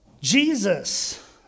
Jesus